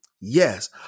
Yes